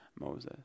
Moses